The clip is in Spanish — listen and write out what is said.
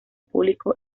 público